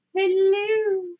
Hello